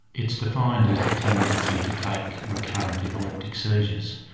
it's defined as the tendency to take recurrent epileptic seizures.